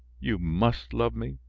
you must love me,